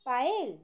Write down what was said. Payel